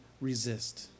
resist